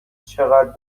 چقد